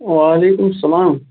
وعلیکُم اسَلام